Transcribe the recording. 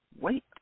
Wait